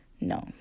no